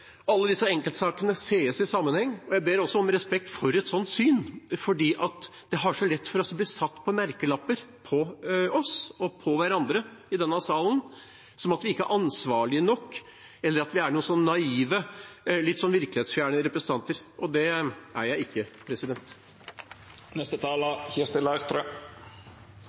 alle disse enkeltsakene ses i sammenheng, og jeg ber også om respekt for et slikt syn. Det er så lett å sette noen merkelapper på oss – og på hverandre i denne salen, som at vi ikke er ansvarlige nok, eller at vi er naive, litt virkelighetsfjerne representanter. Det er jeg ikke! Det var veldig enkelt å støtte sistnevnte taler.